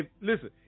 Listen